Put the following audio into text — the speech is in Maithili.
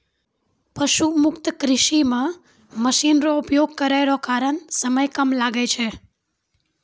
पशु मुक्त कृषि मे मशीन रो उपयोग करै रो कारण समय कम लागै छै